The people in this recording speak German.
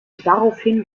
daraufhin